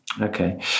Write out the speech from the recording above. Okay